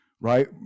right